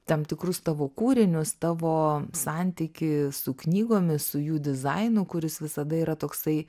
tam tikrus tavo kūrinius tavo santykį su knygomis su jų dizainu kuris visada yra toksai